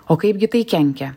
o kaipgi tai kenkia